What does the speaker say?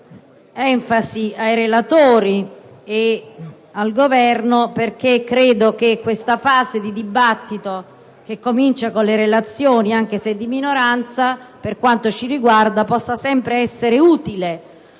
è un'altra cosa: